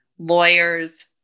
lawyers